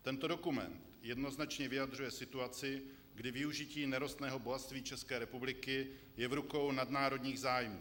Tento dokument jednoznačně vyjadřuje situaci, kdy využití nerostného bohatství České republiky je v rukou nadnárodních zájmů.